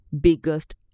biggest